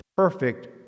perfect